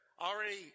already